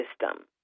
system